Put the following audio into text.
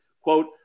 Quote